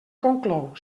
conclou